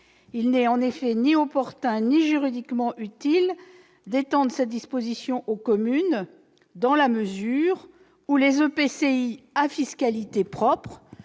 Il n'est en effet ni opportun ni juridiquement utile d'étendre cette disposition aux communes dans la mesure où les EPCI à fiscalité propre